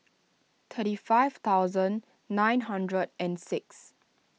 thirty five thousand nine hundred and six